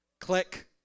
Click